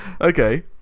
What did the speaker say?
Okay